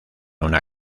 una